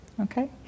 Okay